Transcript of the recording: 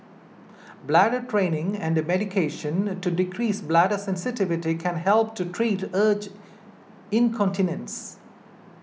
bladder training and medication to decrease bladder sensitivity can help to treat urge incontinence